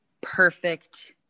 perfect